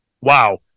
wow